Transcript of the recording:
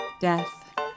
death